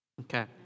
Okay